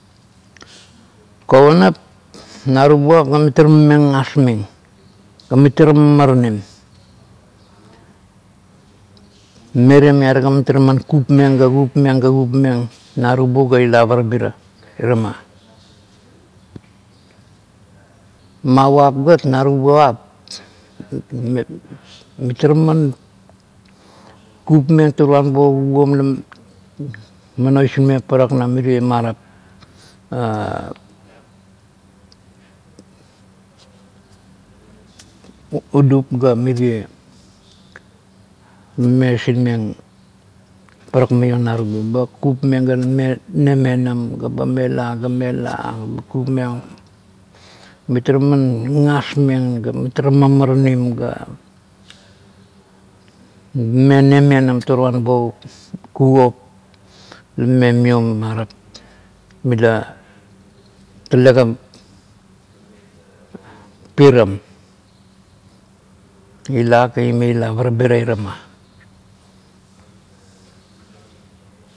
Kobunap narubuap lamitara mame gagasmeng, ga metara mamaranim, mametemiara ga kupmeng ga kupmeng narubu ga ila parabira irama, mavap gat naruvap ma-mitara man kupmeng toroan bo kuguom laman oisinmeng parak na mirie marap urup ga mirie meme oisinmeng menam ga ba mmela ga mela ga kup meng itara man ngangas meng ga itara maranim ga mame memenam toroan bo kuguop lo mame maion marap mila telegan piram ila ga maion marap mila telegan piram ila ga ila ga parabira iramang ga mame neme parak maiong narubu ba kup